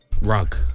Rug